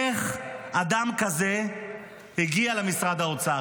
איך אדם כזה הגיע למשרד האוצר?